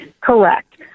Correct